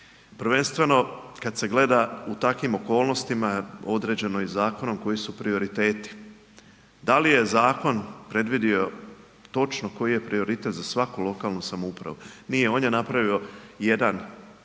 Prvenstveno kada se gleda u takvim okolnostima određeno je i zakonom koji su prioriteti. Da li je zakon predvidio točno koji je prioritet za svaku lokalnu samoupravu? Nije, on je napravio jedan